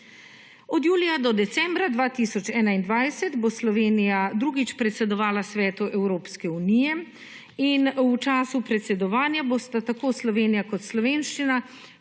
Od julija do decembra 2021 bo Slovenija drugič predsedovala Svetu Evropske unije. In v času predsedovanja bosta tako Slovenija kot slovenščina